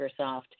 Microsoft